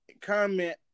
comment